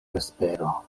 vespero